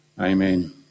Amen